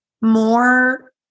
more